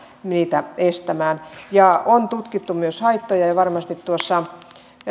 estämään ja on tutkittu myös haittoja ja ja varmasti